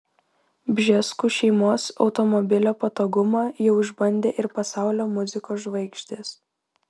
bžeskų šeimos automobilio patogumą jau išbandė ir pasaulio muzikos žvaigždės